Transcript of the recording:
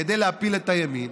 כדי להפיל את הימין,